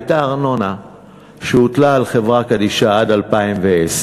הייתה ארנונה שהוטלה על חברה קדישא עד 2010,